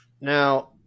Now